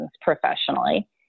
professionally